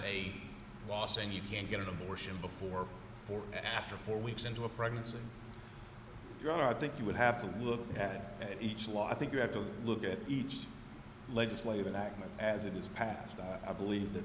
a law saying you can't get an abortion before or after four weeks into a pregnancy or i think you would have to look at each law i think you have to look at each legislative act as it is passed i believe that